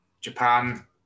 japan